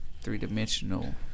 three-dimensional